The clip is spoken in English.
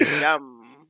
Yum